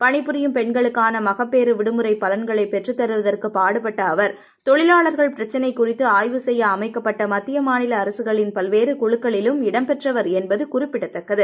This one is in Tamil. பணிபுரியும் பெண்களுக்கான மகப்பேறு விடுமுறை பலன்களை பெற்றுத் தருவதற்கு பாடுபட்ட அவர் தொழிலாளர்கள் பிரச்சினை குறித்து ஆய்வு செய்ய அமைக்கப்பட்ட மத்திய மாநில அரசுகளின் பல்வேறு குழுக்களிலும் இடம்பெற்றவர் என்பது குறிப்பிடத்தக்கது